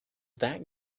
that